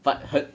but 很